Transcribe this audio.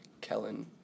Kellen